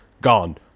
gone